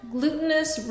Glutinous